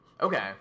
Okay